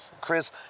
Chris